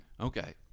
Okay